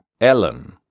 Ellen